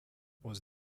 was